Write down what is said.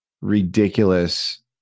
ridiculous